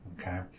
Okay